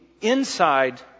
inside